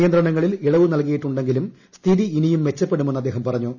നിയന്ത്രണങ്ങളിൽ ഇളവ് നല്കിയിട്ടുണ്ടെങ്കിലും സ്ഥിതി ഇനിയും മെച്ചപ്പെടുമെന്ന് അദ്ദേഹം പറഞ്ഞു